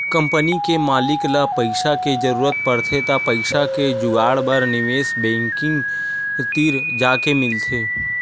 company के मालिक ल पइसा के जरूरत परथे त पइसा के जुगाड़ बर निवेस बेंकिग तीर जाके मिलथे